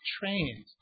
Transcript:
trained